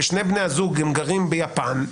ושני בני הזוג גרים ביפן,